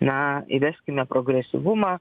na įveskime progresyvumą